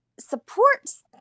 supports